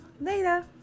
later